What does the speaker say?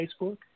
Facebook